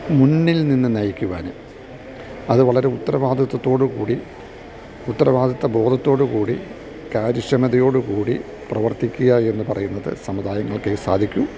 മുന്നിൽ നിന്ന് നയിക്കുവാനും അത് വളരെ ഉത്തരവാദിത്തതോടുകൂടി ഉത്തരവാദിത്തബോധത്തോടുകൂടി കാര്യക്ഷമതയോടുകൂടി പ്രവർത്തിക്കുകയെന്ന് പറയുന്നത് സമുദായങ്ങൾക്കേ സാധിക്കൂ